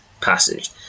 passage